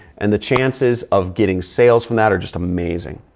and the chances of getting sales from that are just amazing.